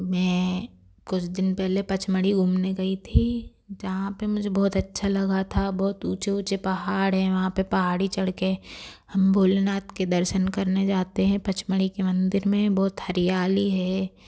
मैं कुछ दिन पहले पंचमढ़ी घूमने गई थी जहाँ पे मुझे बहुत अच्छा लगा था बहुत ऊंचे ऊंचे पहाड़ है वहाँ पर पहाड़ी चढ़कर हम भोलेनाथ के दर्शन करने जाते हैं पंचमढ़ी के मंदिर में बहुत हरियाली है